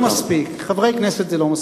זה לא מספיק, חברי כנסת זה לא מספיק.